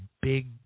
big